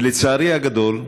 ולצערי הגדול,